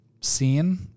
scene